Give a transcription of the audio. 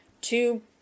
two